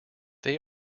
they